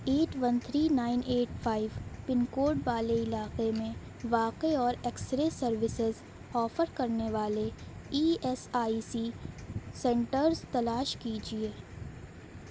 at one three nine eight five pin code والے علاقے میں واقع اور ایکس رے سروسیز آفر کرنے والے E S I C centres تلاش کیجیے